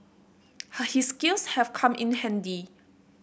her his skills have come in handy